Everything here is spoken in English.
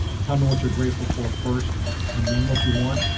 tell me what you're grateful for first and then what you want,